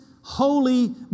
holy